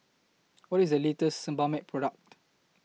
What IS The latest Sebamed Product